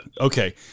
Okay